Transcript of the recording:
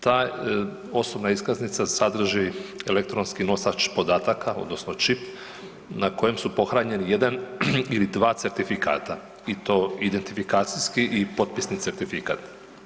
Ta osobna iskaznica sadrži elektronski nosač podataka odnosno čip na kojem su pohranjeni jedan ili dva certifikata i to identifikacijski i potpisni certifikat.